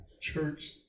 church